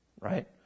right